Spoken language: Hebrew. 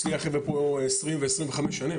אצלי החבר'ה פה עשרים ועשרים וחמש שנים.